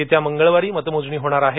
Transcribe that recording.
येत्या मंगळवारी मतमोजणी होणार आहे